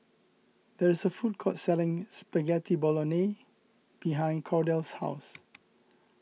there is a food court selling Spaghetti Bolognese behind Kordell's house